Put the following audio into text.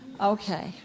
Okay